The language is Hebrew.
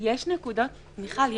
מיכל,